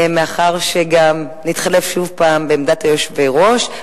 מאחר שגם נתחלף שוב בעמדת היושב-ראש,